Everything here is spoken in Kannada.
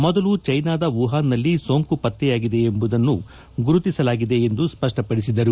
ಮೊದಲು ಚೀನಾದ ವುಹಾನ್ನಲ್ಲಿ ಸೋಂಕು ಪತ್ತೆಯಾಗಿದೆ ಎಂಬುದನ್ನು ಗುರುತಿಸಲಾಗಿದೆ ಎಂದು ಸ್ವಷ್ಟಪಡಿಸಿದರು